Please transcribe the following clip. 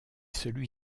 celui